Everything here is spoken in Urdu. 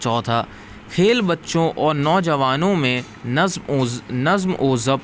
چوتھا خیل بچوں اور نوجوانوں میں نظم نظم و ضبط